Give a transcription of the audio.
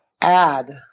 add